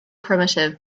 primitive